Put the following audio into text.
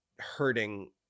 Hurting